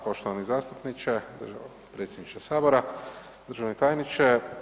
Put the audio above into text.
Poštovani zastupniče, potpredsjedniče Sabora, državni tajniče.